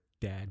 dad